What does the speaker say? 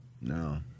No